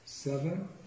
Seven